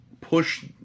push